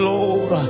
Lord